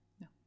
No